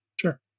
Sure